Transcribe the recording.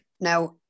Now